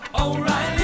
O'Reilly